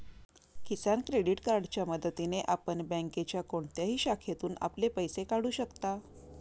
किसान credit कार्डच्या मदतीने आपण बँकेच्या कोणत्याही शाखेतून आपले पैसे काढू शकता